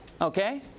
okay